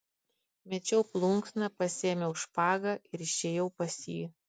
mečiau plunksną pasiėmiau špagą ir išėjau pas jį